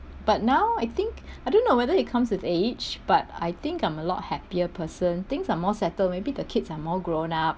but now I think I don't know whether it comes with age but I think I'm a lot happier person things are more settled maybe the kids are more grown up